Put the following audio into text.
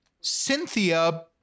Cynthia